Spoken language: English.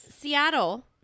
Seattle